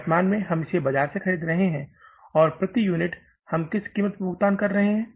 वर्तमान में हम इसे बाजार से खरीद रहे हैं और प्रति यूनिट हम किस कीमत पर भुगतान कर रहे हैं